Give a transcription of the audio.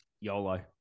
yolo